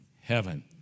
heaven